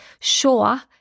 sure